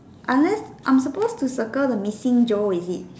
unless I'm supposed to circle the missing Joe is it